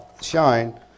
shine